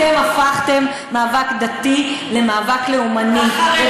אתם הפכתם מאבק דתי למאבק לאומני.